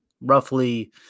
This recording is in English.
roughly